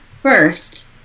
first